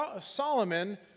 Solomon